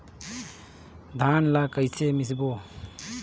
धान ला कइसे मिसबो?